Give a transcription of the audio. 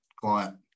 client